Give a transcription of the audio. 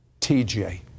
TJ